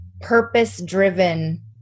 purpose-driven